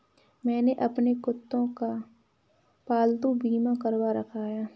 मैंने अपने कुत्ते का पालतू बीमा करवा रखा है